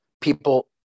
people